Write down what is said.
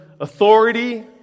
authority